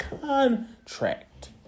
contract